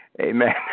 Amen